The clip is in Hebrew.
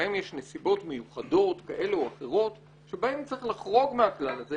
שבהם יש נסיבות מיוחדות כאלה או אחרת שבהן צריך לחרוג מהכלל הזה,